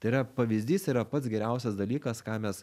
tai yra pavyzdys yra pats geriausias dalykas ką mes